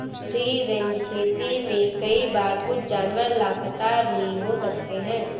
free range खेती में कई बार कुछ जानवर लापता भी हो सकते हैं